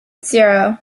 zero